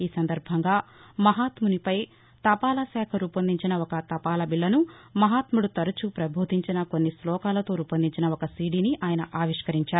ఈ సందర్భంగా మహాత్మునిపై తపాల శాఖ రూపొందించిన ఒక తపాలాబిళ్ళను మహాత్ముడు తరచుగా ప్రబోధించిన కొన్ని శ్లోకాలతో రూపొందించిన ఒక సిడి ని ఆయన ఆవిష్కరించారు